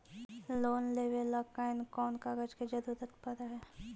Loan लेबे ल कैन कौन कागज के जरुरत पड़ है?